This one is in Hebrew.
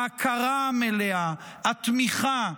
ההכרה המלאה, התמיכה,